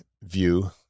view